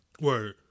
Word